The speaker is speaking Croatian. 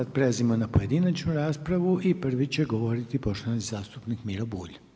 Sad prelazimo na pojedinačnu raspravu i prvi će govoriti poštovani zastupnik Miro Bulj.